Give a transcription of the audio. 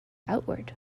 outward